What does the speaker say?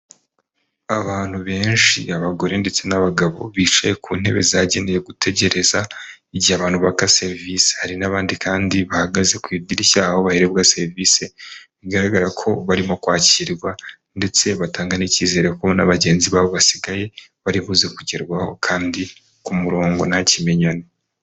Abantu benshi abagore ndetse n'abagabo bicaye ku ntebe zagenewe gutegereza igihe abantu baka serivisi, hari n'abandi kandi bahagaze ku idirishya aho bahabwa serivisi bigaragara ko barimo kwakirwa ndetse batanga n'icyizere ko na bagenzi babo basigaye baribuze kugerwaho kandi ku murongo nta kimenyane.